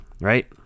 right